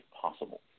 possible